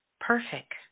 Perfect